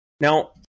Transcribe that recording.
Now